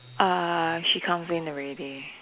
err she comes in already